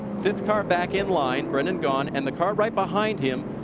this car back in line, brendan gaughan and the car right behind him